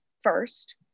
first